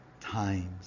times